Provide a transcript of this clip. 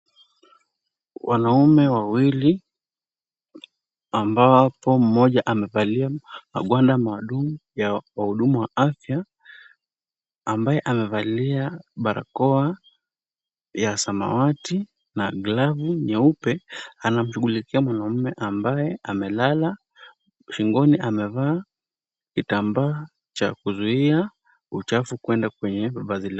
Wanaume wawili ambapo mmoja amevalia magwanda maalum ya wahudumu wa afya ambaye amevalia barakoa ya samawati na glavu nyeupe anamshughulikia mwanaume ambaye amelala. Shingoni amevaa kitambaa cha kuzuia uchafu kuenda kwenye vazi lake.